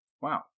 Wow